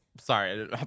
sorry